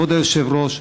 כבוד היושב-ראש,